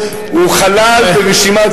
הוא חלל ברשימת,